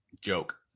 Joke